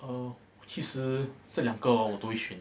err 其实这两个哦我都会选